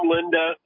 Linda